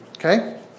Okay